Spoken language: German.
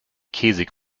käsig